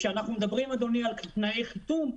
כשאנחנו מדברים על תנאי חיתום,